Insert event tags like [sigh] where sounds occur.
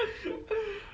[laughs]